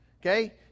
okay